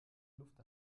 luft